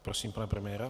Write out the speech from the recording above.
Prosím pana premiéra.